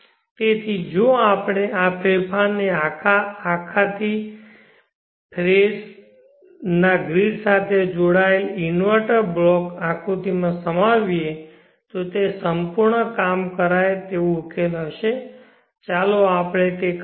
તેથી જો આપણે આ ફેરફારને અમારા આખા થ્રી ફેઝ ના ગ્રીડ સાથે જોડાયેલ ઇન્વર્ટર બ્લોક આકૃતિમાં સમાવીએ તો તે સંપૂર્ણ કામ કરાય તેવો ઉકેલ હશે ચાલો આપણે તે કરીએ